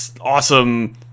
awesome